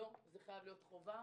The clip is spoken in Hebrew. זה חייב להיות חובה.